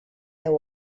deu